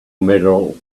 medal